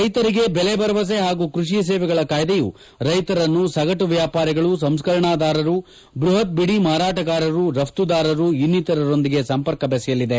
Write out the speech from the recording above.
ರೈತರಿಗೆ ಬೆಲೆ ಭರವಸೆ ಹಾಗೂ ಕ್ಪಷಿ ಸೇವೆಗಳ ಕಾಯ್ಲೆಯು ರೈತರನ್ನು ಸಗಟು ವ್ಯಾಪಾರಿಗಳು ಸಂಸ್ಕರಣಾದಾರರು ಬ್ಬಹತ್ ಬಿದಿ ಮಾರಾಟಗಾರರು ರಫ್ತುದಾರರು ಇನ್ನಿತರರೊಂದಿಗೆ ಸಂಪರ್ಕ ಬೆಸೆಯಲಿದೆ